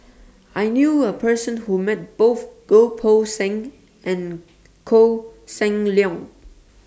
I knew A Person Who Met Both Goh Poh Seng and Koh Seng Leong